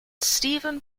stephen